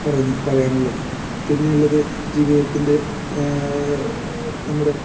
പറയുന്നത് പറയാനുള്ളത് പിന്നെ ഉള്ളത് ജീവിതത്തിൻ്റെ നമ്മുടെ